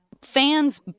Fans